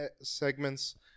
segments